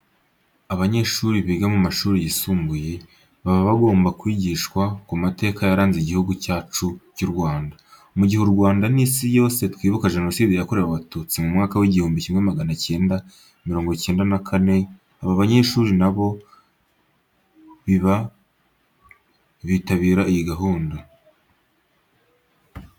Abanyeshuri biga mu mashuri yisumbuye, baba bagomba kwigishwa ku mateka yaranze Igihugu cyacu cy'u Rwanda. Mu gihe u Rwanda n'isi yose twibuka Jenoside yakorewe Abatutsi mu mwaka w'igihumbi kimwe magana cyenda mirongo cyenda na kane, aba banyeshuri na bo bitabira iyi gahunda.